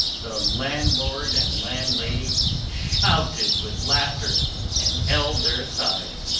the landlord and landlady shouted with laughter and held their sides.